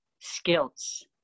skills